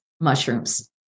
mushrooms